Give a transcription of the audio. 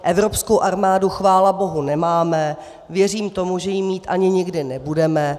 Evropskou armádu chválabohu nemáme, věřím tomu, že ji mít ani nikdy nebudeme.